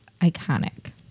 iconic